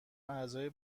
اعضای